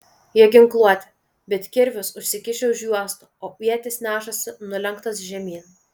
jie ginkluoti bet kirvius užsikišę už juostų o ietis nešasi nulenktas žemyn